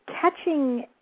catching